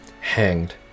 hanged